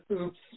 Oops